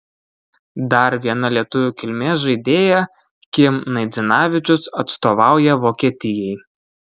dar viena lietuvių kilmės žaidėja kim naidzinavičius atstovauja vokietijai